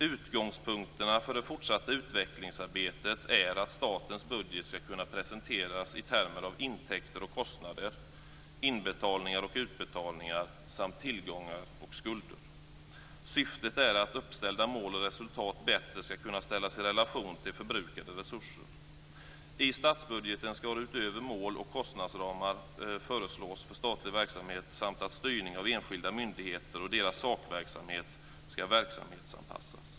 Utgångspunkterna för det fortsatta utvecklingsarbetet är att statens budget ska kunna presenteras i termer av intäkter och kostnader, inbetalningar och utbetalningar samt tillgångar och skulder. Syftet är att uppställda mål och resultat bättre ska kunna ställas i relation till förbrukade resurser. I statsbudgeten ska utöver mål även kostnadsramar för statlig verksamhet föreslås samt att styrningen av enskilda myndigheter och deras sakverksamheter ska verksamhetsanpassas.